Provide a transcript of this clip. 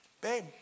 Babe